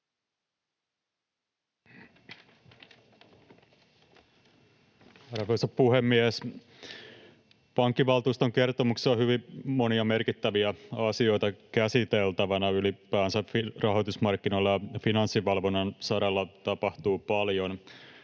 Arvoisa puhemies! Pankkivaltuuston kertomuksessa on hyvin monia merkittäviä asioita käsiteltävänä. Ylipäänsä rahoitusmarkkinoilla ja finanssivalvonnan saralla tapahtuu paljon.